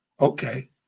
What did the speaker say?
okay